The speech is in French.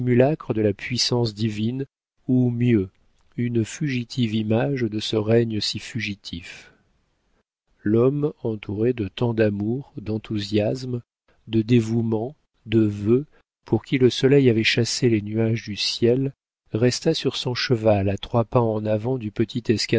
de la puissance divine ou mieux une fugitive image de ce règne si fugitif l'homme entouré de tant d'amour d'enthousiasme de dévouement de vœux pour qui le soleil avait chassé les nuages du ciel resta sur son cheval à trois pas en avant du